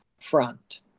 front